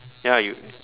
ya you